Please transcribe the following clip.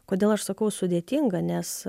kodėl aš sakau sudėtinga nes